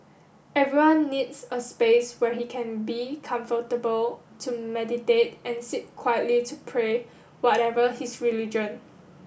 everyone needs a space where he can be comfortable to meditate and sit quietly to pray whatever his religion